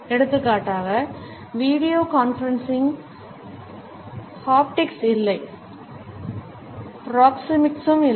எடுத்துக்காட்டாக video conferencing haptics இல்லை ப்ராக்ஸெமிக்ஸும் இல்லை